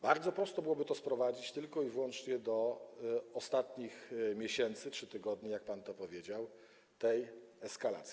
Bardzo prosto byłoby to sprowadzić tylko i wyłącznie do ostatnich miesięcy czy tygodni, jak pan to powiedział, tej eskalacji.